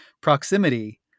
proximity